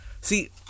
See